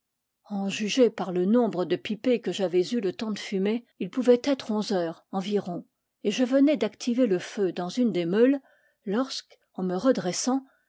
en juger par le nombre de pipées que j'avais eu le temps de fumer il pouvait être onze heures environ et je venais d'activer le feu dans une des meules lorsque en me redressant